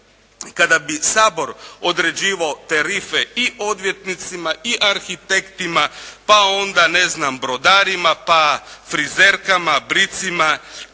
kada bi Sabor određivao tarife i odvjetnicima i arhitektima, pa onda ne znam brodarima, pa frizerkama, bricama